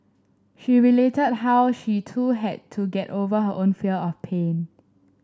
she related how she too had to get over her own fear of pain